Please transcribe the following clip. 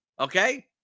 Okay